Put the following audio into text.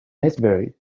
iceberg